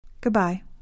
Goodbye